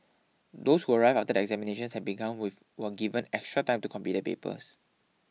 those who arrived after the examinations had begun with were given extra time to complete their papers